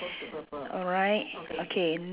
alright okay